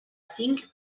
cinc